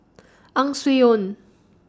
Ang Swee Aun